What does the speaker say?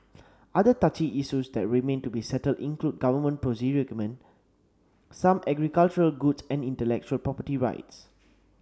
other touchy issues that remain to be settled include government some agricultural goods and intellectual property rights